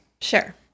Sure